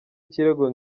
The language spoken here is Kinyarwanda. ikirego